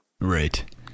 right